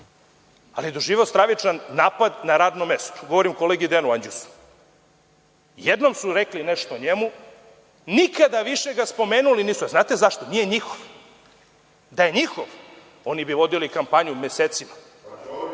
ali je doživeo stravičan napad na radnom mestu, govorim o kolegi Dejanu Anđusu. Jednom su rekli nešto o njemu, nikada više ga spomenuli nisu. Znate zašto? Nije njihov. Da je njihov, oni bi vodili kampanju mesecima.E,